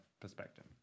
perspective